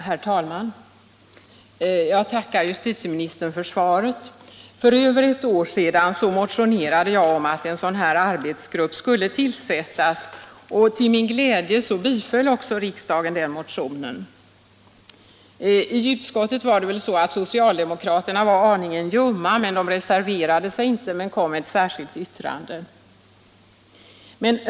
Herr talman! Jag tackar justitieministern för svaret. För över ett år sedan motionerade jag om att en sådan här arbetsgrupp skulle tillsättas, och till min glädje biföll riksdagen min motion. I utskottet var väl socialdemokraterna aningen ljumma; de reserverade sig inte, men de kom med ett särskilt yttrande.